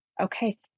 Okay